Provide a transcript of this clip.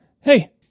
Hey